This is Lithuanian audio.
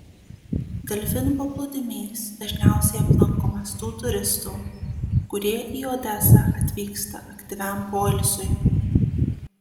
delfinų paplūdimys dažniausiai aplankomas tų turistų kurie į odesą atvyksta aktyviam poilsiui